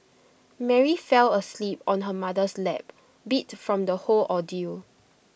Mary fell asleep on her mother's lap beat from the whole ordeal